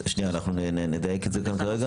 שנייה, אנחנו נדייק את זה כאן כרגע.